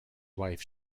wife